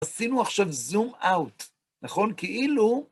עשינו עכשיו זום אאוט, נכון? כאילו...